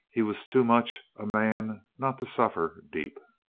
he was too much a man not to suffer deep.